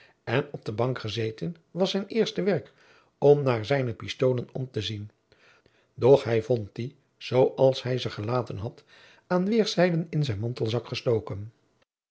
en op den bank gezeten was zijn eerste werk om naar zijne pistoolen om te zien doch hij vond die zoo als hij ze gelaten had aan wederszijden in zijn mantelzak gestoken